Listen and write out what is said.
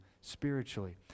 spiritually